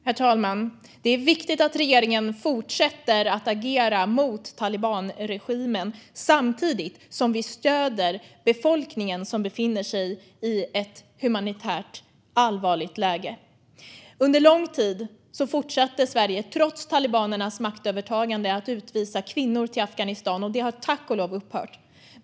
Herr talman! Det är viktigt att regeringen fortsätter att agera mot talibanregimen samtidigt som vi stöder befolkningen, som befinner sig i ett humanitärt allvarligt läge. Under lång tid fortsatte Sverige, trots talibanernas maktövertagande, att utvisa kvinnor till Afghanistan. Det har tack och lov upphört.